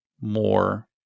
more